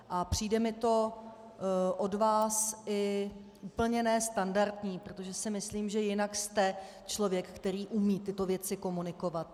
A přijde mi to od vás i úplně ne standardní, protože si myslím, že jinak jste člověk, který umí tyto věci komunikovat.